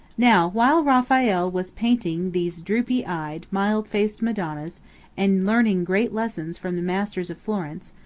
now while raphael was painting these drooping-eyed, mild-faced madonnas and learning great lessons from the masters of florence,